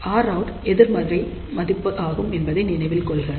Rout எதிர்மறை மதிப்பு ஆகும் என்பதை நினைவில் கொள்க